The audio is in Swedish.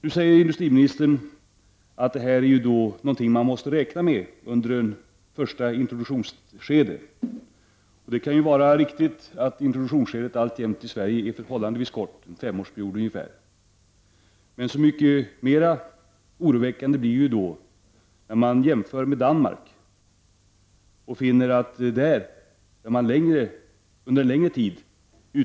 Nu säger industriministern att det är någonting man måste räkna med under ett första introduktionsskede, och det kan ju vara riktigt att introduktionsskedet i Sverige alltjämt är förhållandevis kort, ungefär fem år. Så mycket mera oroväckande blir det när man jämför med Danmark, där man har utnyttjat naturgas under en längre tid.